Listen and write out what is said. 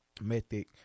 method